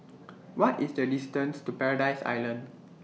What IS The distance to Paradise Island